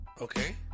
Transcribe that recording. Okay